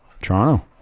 Toronto